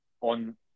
on